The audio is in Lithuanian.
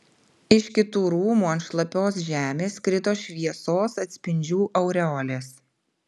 iš kitų rūmų ant šlapios žemės krito šviesos atspindžių aureolės